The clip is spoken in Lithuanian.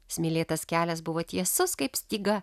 smėlėtas kelias buvo tiesus kaip styga